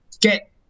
get